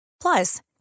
Plus